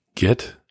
Get